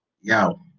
Yao